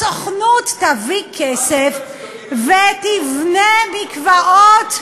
הסוכנות תביא כסף ותבנה מקוואות,